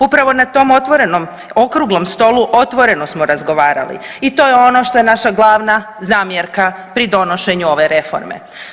Upravo na tom otvorenom okruglom stolu otvoreno smo razgovarali i to je ono što je naša glavna zamjerka pri donošenju ove reforma.